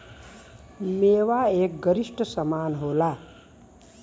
मेवा एक गरिश्ट समान होला